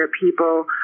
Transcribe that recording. people